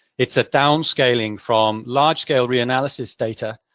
it's a downscaling from largescale reanalysis data,